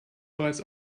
bereits